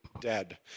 dead